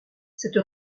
cette